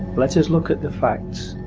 let us look at the facts,